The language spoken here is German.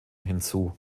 hinzu